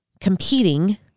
competing